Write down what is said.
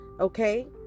okay